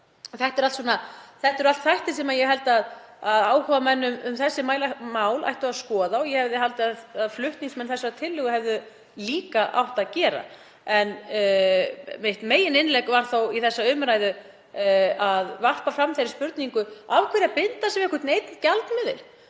Þetta eru allt þættir sem ég held að áhugamenn um þessi mál ættu að skoða og ég hefði haldið að flutningsmenn þessarar tillögu hefðu líka átt að gera það. En mitt megininnlegg í þessa umræðu var að varpa fram spurningunni: Af hverju að binda sig við einhvern einn gjaldmiðil?